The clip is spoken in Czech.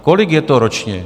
Kolik je to ročně?